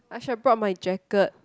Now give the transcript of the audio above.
I should have brought my jacket